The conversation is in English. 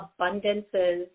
abundances